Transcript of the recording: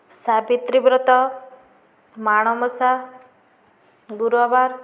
Savitri Brata Manabasa Gurubar